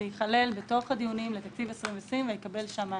זה ייכלל בתוך הדיונים לתקציב 2020 ויקבל שם מענה.